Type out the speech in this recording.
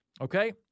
Okay